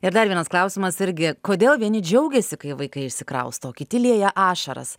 ir dar vienas klausimas irgi kodėl vieni džiaugiasi kai vaikai išsikrausto o kiti lieja ašaras